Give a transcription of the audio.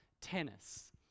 tennis